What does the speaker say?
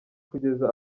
kugeza